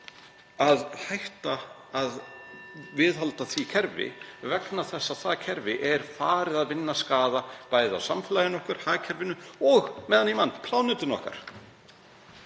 að hætta að viðhalda því kerfi vegna þess að það kerfi er farið að vinna skaða á samfélaginu okkar, hagkerfinu og, meðan ég man, plánetunni okkar.